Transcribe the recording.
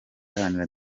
iharanira